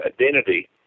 identity